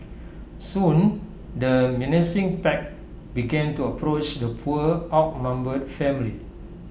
soon the menacing pack began to approach the poor outnumbered family